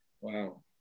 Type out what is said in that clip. Wow